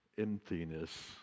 emptiness